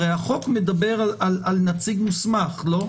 הרי החוק מדבר על נציג מוסמך, לא?